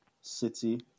city